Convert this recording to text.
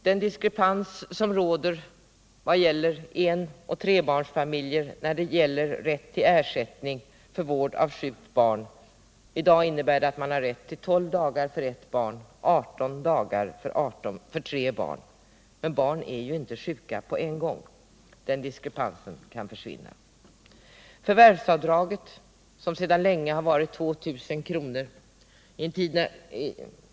Det råder en diskrepans vad gäller enoch trebarnsfamiljers rätt till ersättning för vård av sjukt barn. I dag innebär det att man har rätt till 12 dagar för ett barn och 18 dagar för tre barn. Men alla barn är ju inte sjuka på en gång. Den diskrepansen kan försvinna. Förvärvsavdraget, som sedan länge har varit 2000 kr.